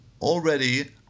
Already